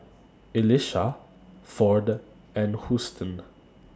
Elisha Ford and Houston